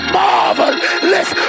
marvelous